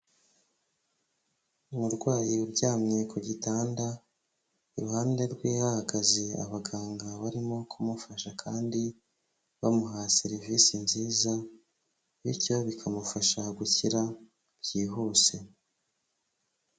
Umurwayi uryamye ku gitanda, iruhande rwe hahagaze abaganga barimo kumufasha kandi bamuha serivisi nziza bityo bikamufasha gukira byihuse.